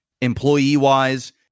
employee-wise